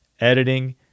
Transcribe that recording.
editing